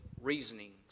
reasonings